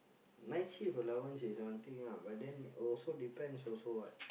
night shift allowance is one thing ah but then also depends also what